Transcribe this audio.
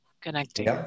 Connecting